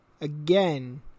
again